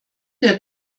der